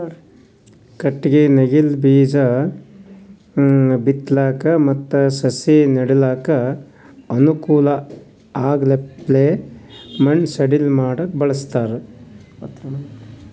ಕಟ್ಟಗಿ ನೇಗಿಲ್ ಬೀಜಾ ಬಿತ್ತಲಕ್ ಮತ್ತ್ ಸಸಿ ನೆಡಲಕ್ಕ್ ಅನುಕೂಲ್ ಆಗಪ್ಲೆ ಮಣ್ಣ್ ಸಡಿಲ್ ಮಾಡಕ್ಕ್ ಬಳಸ್ತಾರ್